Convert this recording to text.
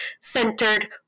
centered